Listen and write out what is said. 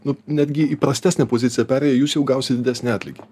nu netgi į prastesnę poziciją perėję jūs jau gausit didesnį atlygį